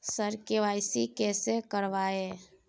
sir KYC कैसे करवाएं